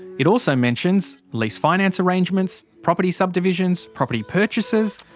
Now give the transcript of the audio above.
it also mentions lease finance arrangements, property subdivisions, property purchases,